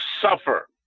suffer